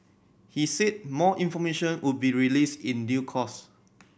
he said more information would be released in due course